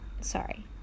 Sorry